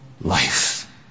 life